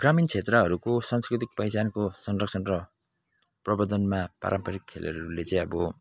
ग्रामीण क्षेत्रहरूको सांस्कृतिक पहिचानको संरक्षण र प्रवर्द्धनमा पारम्परिक खेलहरूले चाहिँ अब